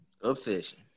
Obsession